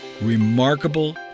remarkable